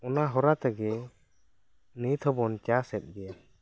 ᱚᱱᱟ ᱦᱚᱨᱟ ᱛᱮᱜᱤ ᱱᱤᱛ ᱦᱚᱸ ᱵᱚᱱ ᱪᱟᱥ ᱮᱫ ᱜᱤᱭᱟ